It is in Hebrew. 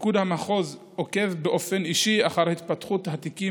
פיקוד המחוז עוקב באופן אישי אחר התפתחות התיקים